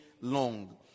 long